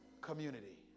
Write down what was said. community